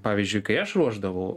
pavyzdžiui kai aš ruošdavau